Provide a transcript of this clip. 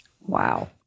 Wow